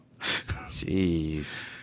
Jeez